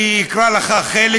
אני אקרא לך חלק מהתהליך.